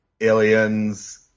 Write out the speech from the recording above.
Aliens